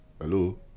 hello